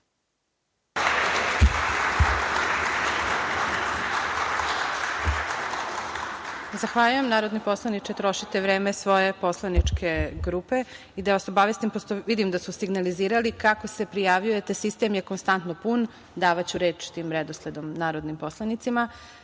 Zahvaljujem, narodni poslaniče. Trošite vreme svoje poslaničke grupe i da vas obavestim, pošto vidim da su signalizirali kako se prijavljujete, sistem je konstantno pun. Davaću reč tim redosledom narodnim poslanicima. Reč